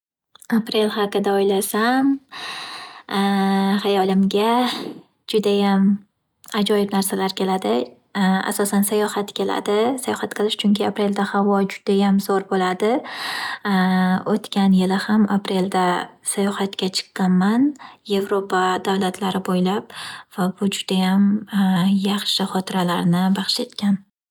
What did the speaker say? Aprel haqida o’ylasam, hayolimga judayam ajoyib narsalar keladi. Asosan sayohat keladi, sayohat qilish, chunki aprelda havo judayam zo’r boladi. O’tgan yili ham aprelda sayohatga chiqqanman yevropa davlatlari bo’ylab va bu judayam yaxshi xotiralarni baxsh etgan.